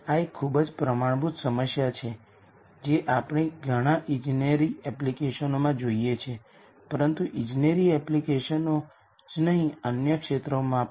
આ એક ખૂબ જ પ્રમાણભૂત સમસ્યા છે જે આપણે ઘણાં ઇજનેરી એપ્લિકેશનો માં જોઈએ છીએ પરંતુ ઇજનેરી એપ્લિકેશનો જ નહીં અન્ય ક્ષેત્રોમાં પણ